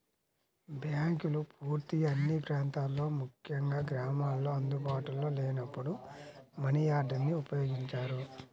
బ్యాంకులు పూర్తిగా అన్ని ప్రాంతాల్లో ముఖ్యంగా గ్రామాల్లో అందుబాటులో లేనప్పుడు మనియార్డర్ని ఉపయోగించారు